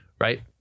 Right